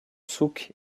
souk